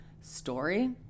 story